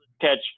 catch